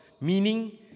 meaning